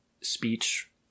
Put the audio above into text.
speech